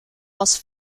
was